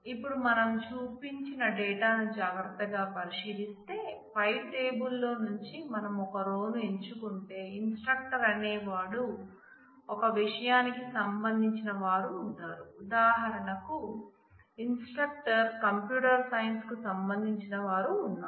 ఇప్పుడు మనం పైన చూపించిన డేటాను జాగ్రత్తగా పరిశీలిస్తే పై టేబుల్లోంచి మనం ఒక రో అనేవాడు ఒక విషయానికి సంబంధించిన వారు ఉంటారు ఉదాహారణకు క ఇన్స్ట్రక్టర్స్ కంప్యూటర్ సైన్స్ కు సంబంధించిన వారు ఉన్నారు